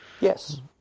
Yes